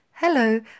Hello